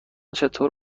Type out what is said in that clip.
چطور